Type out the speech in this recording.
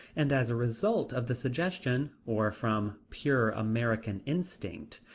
and as a result of the suggestion, or from pure american instinct,